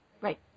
Right